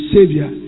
Savior